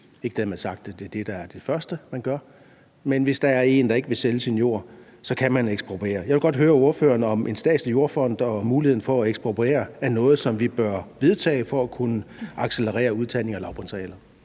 ikke dermed sagt, at det er det, der er det første, man gør, men hvis der er en, der ikke vil sælge sin jord, kan man ekspropriere. Jeg vil godt høre ordføreren, om en statslig jordfond og muligheden for at ekspropriere er noget, som vi bør vedtage at få for at kunne accelerere udtagningen af lavbundsarealer.